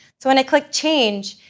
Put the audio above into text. so when i click change,